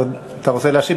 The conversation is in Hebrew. אתה רוצה להשיב?